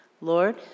Lord